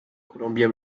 columbia